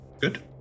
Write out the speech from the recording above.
Good